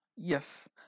Yes